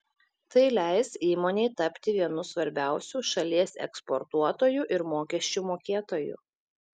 tai leis įmonei tapti vienu svarbiausių šalies eksportuotoju ir mokesčių mokėtoju